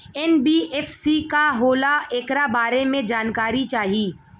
NBFC का होला ऐकरा बारे मे जानकारी चाही?